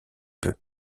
peu